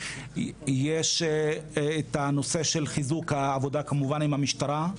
יש את הנושא של חיזוק העבודה כמובן עם המשטרה.